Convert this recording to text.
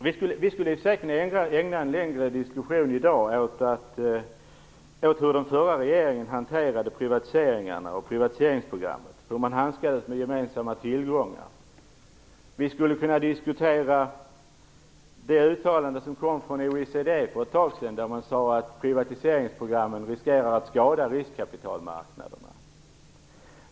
Vi skulle säkerligen kunna ägna en längre diskussion åt hur den förra regeringen hanterade privatiseringarna och privatiseringsprogrammet och hur man handskades med gemensamma tillgångar. Vi skulle kunna diskutera det uttalande som kom från OECD för ett tag sedan där man sade att privatiseringsprogrammen riskerar att skada riskkapitalmarknaderna.